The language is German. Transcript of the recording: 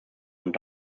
und